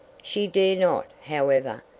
she dare not, however,